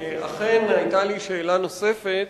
אכן היתה לי שאלה נוספת,